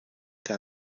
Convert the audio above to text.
der